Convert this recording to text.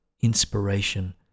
inspiration